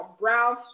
brown